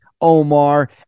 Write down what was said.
Omar